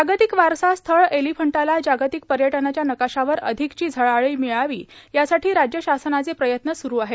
जागतिक वारसा स्थळ एलिफंटाला जागतिक पर्यटनाच्या नकाशावर अधिकची झळाळी मिळावी यासाठी राज्य शासनाचे प्रयत्न स्रू आहेत